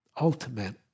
ultimate